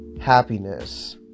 happiness